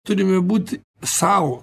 turime būti sau